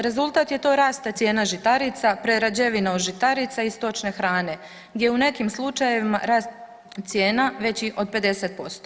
Rezultat je to rasta cijena žitarica, prerađevina od žitarica i stočne hrane gdje je u nekim slučajevima rast cijena veći od 50%